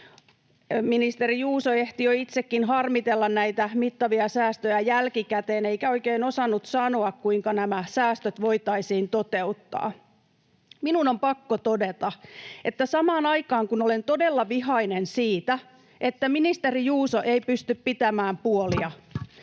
Ministeri Juuso ehti jo itsekin harmitella näitä mittavia säästöjä jälkikäteen, eikä oikein osannut sanoa, kuinka nämä säästöt voitaisiin toteuttaa. Minun on pakko todeta, että samaan aikaan, kun olen todella vihainen siitä, että ministeri Juuso ei pysty pitämään puoliaan